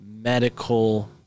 medical